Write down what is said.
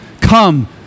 Come